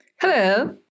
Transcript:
Hello